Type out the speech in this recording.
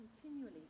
continually